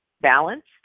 balanced